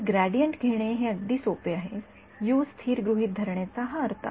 तर ग्रेडियंट घेणे हे अगदी सोपे आहे स्थिर गृहीत धरणेचा हा अर्थ आहे